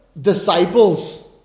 disciples